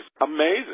amazing